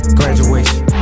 graduation